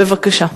בבקשה.